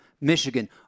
Michigan